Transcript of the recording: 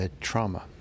trauma